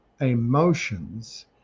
emotions